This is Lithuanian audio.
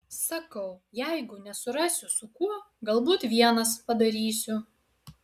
sakau jeigu nesurasiu su kuo galbūt vienas padarysiu